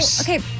Okay